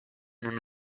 nun